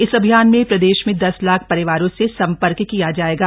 इस अभियान में प्रदेश में दस लाख परिवारों से सम्पर्क किया जाएगा